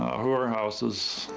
whorehouses,